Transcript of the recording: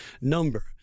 number